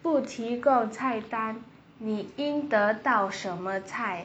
不提供菜单你应得到什么菜